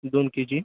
दोन के जी